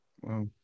wow